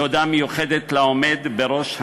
תודה מיוחדת לעומד בראש המשרד,